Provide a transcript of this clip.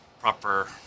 proper